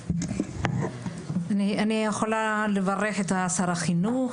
אני יכולה לברך את שר החינוך,